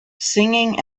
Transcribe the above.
singing